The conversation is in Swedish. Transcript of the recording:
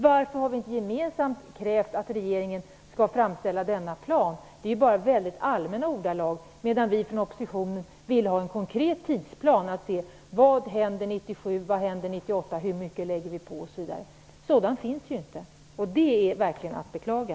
Varför har vi inte gemensamt krävt att regeringen skall framställa denna plan? Utskottsmajoriteten talar i väldigt allmänna ordalag, medan vi i oppositionen vill ha en konkret tidsplan där vi kan se vad som händer 1997 och 1998, hur mycket som läggs till, osv. Någon sådan tidsplan finns inte, och det är verkligen att beklaga.